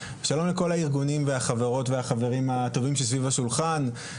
שלום לכל הארגונים והחברות והחברים הטובים שסביב השולחן,